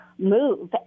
Move